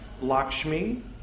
Lakshmi